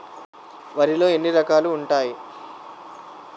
వరిలో ఎన్ని రకాలు ఉంటాయి?